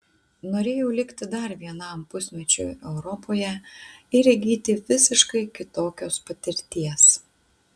norėjau likti dar vienam pusmečiui europoje ir įgyti visiškai kitokios patirties